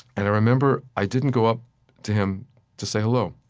and i remember, i didn't go up to him to say hello.